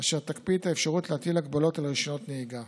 אשר תקפיא את האפשרות להטיל הגבלות על רישיונות נהיגה.